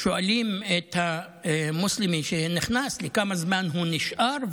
שואלים את המוסלמי שנכנס כמה זמן הוא נשאר,